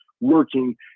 working